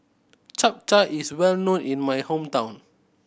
Chap Chai is well known in my hometown